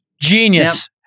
genius